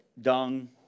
Dung